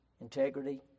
integrity